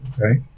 Right